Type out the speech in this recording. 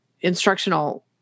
instructional